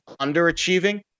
underachieving